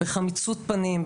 בחמיצות פנים,